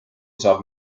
saab